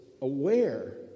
aware